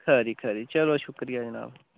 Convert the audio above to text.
खरी खरी चलो शुक्रिया जनाब